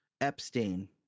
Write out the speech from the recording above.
Epstein